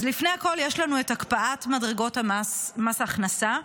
לפני הכול, יש לנו את הקפאת מדרגות המס, מס הכנסה,